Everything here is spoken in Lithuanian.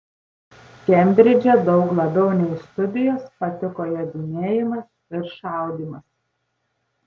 kembridže daug labiau nei studijos patiko jodinėjimas ir šaudymas